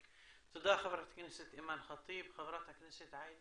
תודה, חברת הכנסת אימאן ח'טיב.